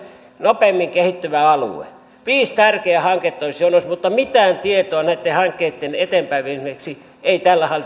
nopeimmin kehittyvä alue viisi tärkeää hanketta olisi ollut mutta mitään tietoa näitten hankkeitten eteenpäinviemiseksi ei tällä